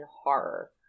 horror